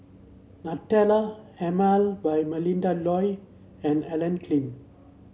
Nutella Emel by Melinda Looi and Klein